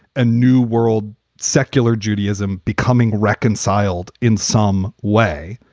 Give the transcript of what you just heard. a new world, secular judaism becoming reconciled in some way.